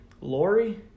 Lori